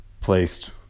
placed